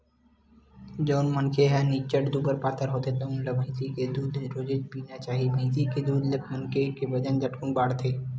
जउन मनखे ह निच्चट दुबर पातर होथे तउन ल भइसी के दूद रोजेच पीना चाही, भइसी के दूद ले मनखे के बजन ह झटकुन बाड़थे